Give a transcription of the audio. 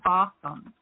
awesome